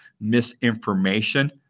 misinformation